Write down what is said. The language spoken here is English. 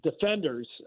defenders